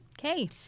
Okay